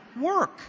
work